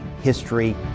history